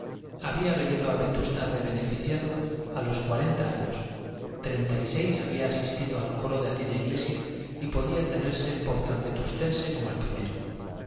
había venido a vetusta de beneficiado a los cuarenta años treinta y seis había asistido al coro de aquella iglesia y podía tenerse por tan vetustense como el primero